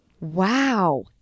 Wow